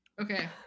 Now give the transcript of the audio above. Okay